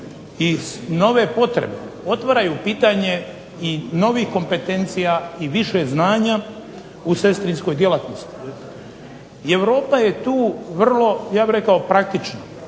i nove potrebe otvaraju pitanje i novih kompetencija i više znanja u sestrinskoj djelatnosti i Europa je tu vrlo praktična.